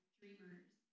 dreamers